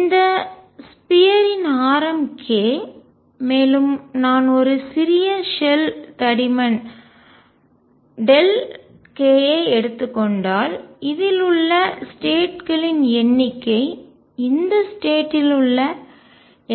இந்த ஸ்பியர் கோளம் இன் ஆரம் k மேலும் நான் ஒரு சிறிய ஷெல் தடிமன் k ஐ எடுத்துக் கொண்டால் இதில் உள்ள ஸ்டேட் களின் எண்ணிக்கை இந்த ஸ்டேட் ல் உள்ள